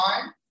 time